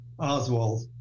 Oswald